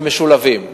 הם משולבים,